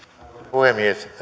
puhemies